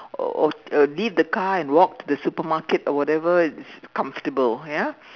or or uh leave the car and walk to the supermarket or whatever it's comfortable ya